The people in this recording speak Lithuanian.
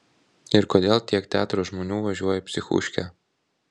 ir kodėl tiek teatro žmonių važiuoja į psichuškę